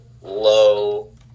low